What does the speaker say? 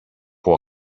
που